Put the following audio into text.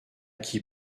qui